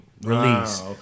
release